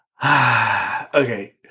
Okay